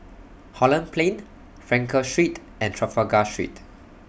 Holland Plain Frankel Street and Trafalgar Street